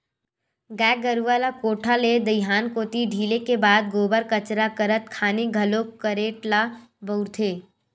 गाय गरुवा ल कोठा ले दईहान कोती ढिले के बाद गोबर कचरा करत खानी घलोक खरेटा ल बउरथे